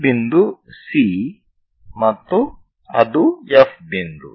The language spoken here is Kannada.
ಈ ಬಿಂದು C ಮತ್ತು ಅದು F ಬಿಂದು